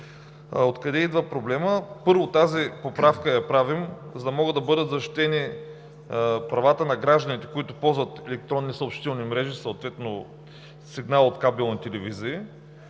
От къде идва проблемът? Първо, правим тази поправка, за да могат да бъдат защитени правата на гражданите, които ползват електронни съобщителни мрежи, съответно сигнал от кабелни телевизии.